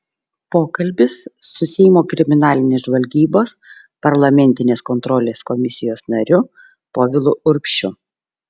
pokalbis su seimo kriminalinės žvalgybos parlamentinės kontrolės komisijos nariu povilu urbšiu